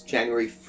January